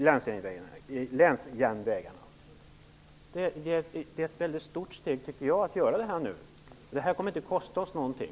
Jag tycker att detta är ett stort steg att ta nu, men det kommer inte att kosta oss någonting.